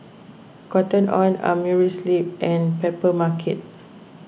Cotton on Amerisleep and Papermarket